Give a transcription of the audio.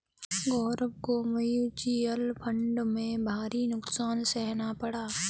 गौरव को mutual fund में भारी नुकसान सहना पड़ा